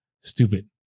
stupid